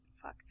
Fuck